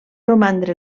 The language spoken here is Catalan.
romandre